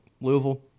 Louisville